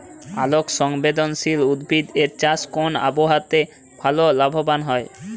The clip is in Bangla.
আলোক সংবেদশীল উদ্ভিদ এর চাষ কোন আবহাওয়াতে ভাল লাভবান হয়?